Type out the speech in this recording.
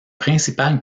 principales